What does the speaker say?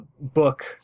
book